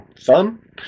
fun